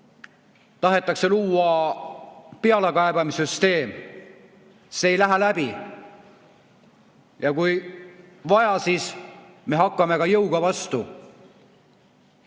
tahetakse luua pealekaebamise süsteem. See ei lähe läbi! Ja kui vaja, siis me hakkame jõuga vastu.